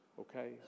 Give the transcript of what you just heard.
okay